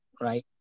right